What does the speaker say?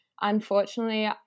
unfortunately